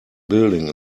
building